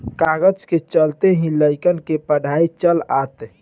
कागज के चलते ही लइकन के पढ़ाई चलअता